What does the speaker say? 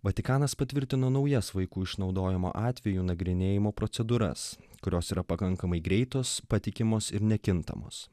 vatikanas patvirtino naujas vaikų išnaudojimo atvejų nagrinėjimo procedūras kurios yra pakankamai greitos patikimos ir nekintamos